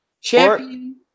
Champion